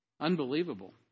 Unbelievable